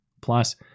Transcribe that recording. Plus